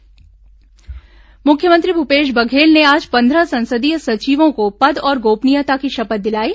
संसदीय सचिव शपथ मुख्यमंत्री भूपेश बघेल ने आज पंद्रह संसदीय सचिवों को पद और गोपनीयता की शपथ दिलायी